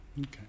Okay